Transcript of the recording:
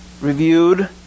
reviewed